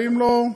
ואם לא,